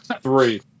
three